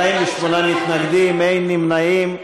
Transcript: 48 מתנגדים, אין נמנעים.